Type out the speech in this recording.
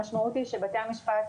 המשמעות היא שבתי המשפט,